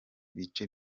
bice